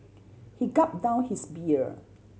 he gulp down his beer